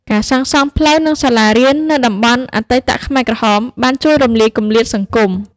ការសាងសង់ផ្លូវ និងសាលារៀននៅតំបន់អតីតខ្មែរក្រហម បានជួយរំលាយគម្លាតសង្គម។